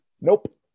Nope